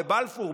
בבלפור,